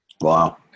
wow